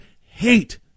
hate